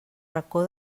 racó